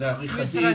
משרדים